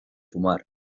fumar